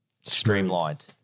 streamlined